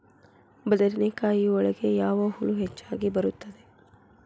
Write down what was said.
ಬದನೆಕಾಯಿ ಒಳಗೆ ಯಾವ ಹುಳ ಹೆಚ್ಚಾಗಿ ಬರುತ್ತದೆ?